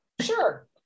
Sure